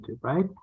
right